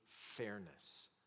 fairness